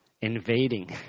invading